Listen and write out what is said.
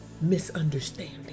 misunderstanding